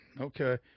Okay